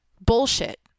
bullshit